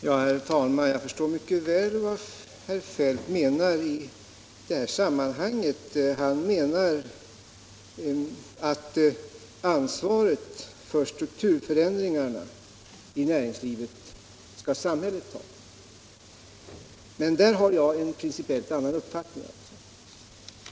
Herr talman! Jag förstår mycket väl vad herr Feldt menar i detta sammanhang. Han menar att samhället skall ta ansvaret för strukturförändringarna i näringslivet. Men därvidlag har jag principiellt en annan uppfattning.